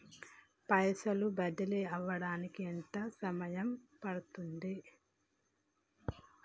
పైసలు బదిలీ అవడానికి ఎంత సమయం పడుతది?